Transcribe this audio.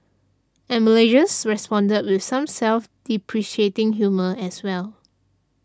and Malaysians responded with some self depreciating humour as well